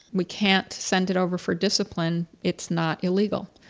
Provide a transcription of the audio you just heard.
we can't send it over for discipline, it's not illegal,